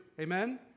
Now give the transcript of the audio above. Amen